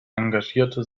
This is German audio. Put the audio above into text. engagierte